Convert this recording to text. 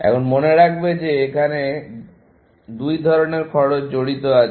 এখন মনে রাখবে যে এখানে দুই ধরনের খরচ জড়িত আছে